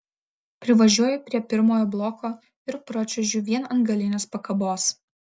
privažiuoju prie pirmojo bloko ir pračiuožiu vien ant galinės pakabos